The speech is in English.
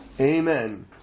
Amen